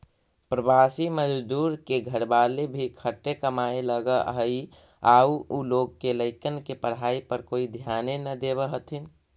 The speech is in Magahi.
प्रवासी मजदूर के घरवाली भी खटे कमाए लगऽ हई आउ उ लोग के लइकन के पढ़ाई पर कोई ध्याने न देवऽ हथिन